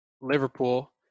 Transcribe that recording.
Liverpool